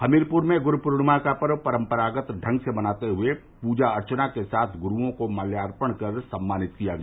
हमीरपुर में गुरू पूर्णिमा का पर्व परम्परागत ढंग से मनाते हुए पूजा अर्चना के साथ गुरूओं को मात्यार्पण कर सम्मानित किया गया